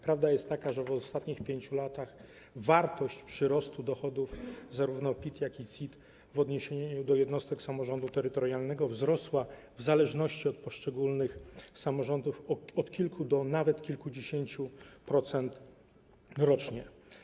Prawda jest taka, że w ostatnich 5 latach wartość przyrostu dochodów zarówno z PIT, jak i CIT w odniesieniu do jednostek samorządu terytorialnego wzrosła w zależności od poszczególnych samorządów w wymiarze od kilku do nawet kilkudziesięciu procent rocznie.